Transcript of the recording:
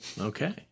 Okay